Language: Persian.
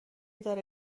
داره